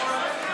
משוריינת.